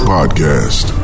Podcast